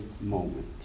moment